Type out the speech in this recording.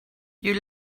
you